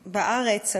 בארץ.